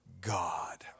God